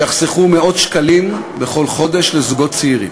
שיחסכו מאות שקלים בכל חודש לזוגות צעירים.